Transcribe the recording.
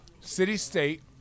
city-state